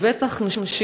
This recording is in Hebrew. ובטח נשים